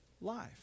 life